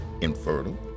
infertile